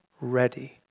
ready